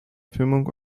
firmung